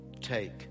take